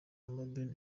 robben